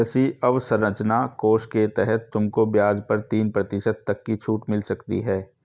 कृषि अवसरंचना कोष के तहत तुमको ब्याज पर तीन प्रतिशत तक छूट मिल सकती है